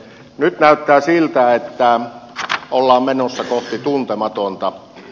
nyt näyttää siltä että ollaan menossa kohti tuntematonta